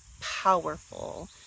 powerful